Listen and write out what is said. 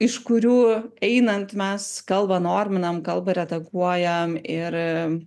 iš kurių einant mes kalbą norminam kalbą redaguojamam ir